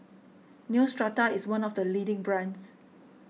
Neostrata is one of the leading brands